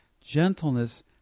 gentleness